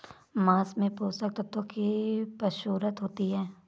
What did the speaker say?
माँस में पोषक तत्त्वों की प्रचूरता होती है